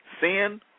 Sin